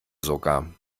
sogar